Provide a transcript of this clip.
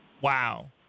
Wow